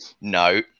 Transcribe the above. No